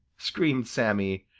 screamed sammy,